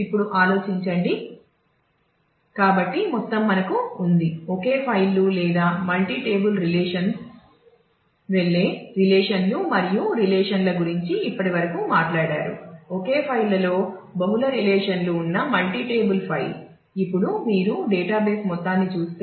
ఇప్పుడు ఆలోచించండి కాబట్టి మొత్తం మనకు ఉంది ఒకే ఫైళ్లు లేదా మల్టీ టేబుల్ రిలేషన్ మొత్తాన్ని చూస్తే